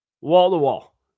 Wall-to-wall